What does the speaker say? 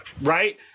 Right